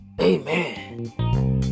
Amen